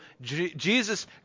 Jesus